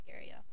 area